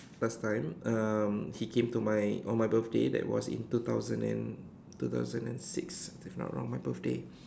first time um he came to my on my birthday that was in two thousand and two thousand and six if I'm not wrong my birthday